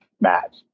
match